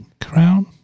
Crown